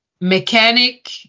Mechanic